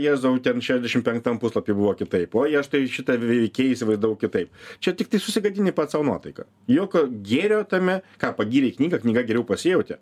jėzau ten šešiasdešim penktam puslapy buvo kitaip oj aš šitą veikėją įsivaizdavau kitaip čia tiktai susigadini pats sau nuotaiką jokio gėrio tame ką pagyrei knygą knyga geriau pasijautė